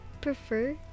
prefer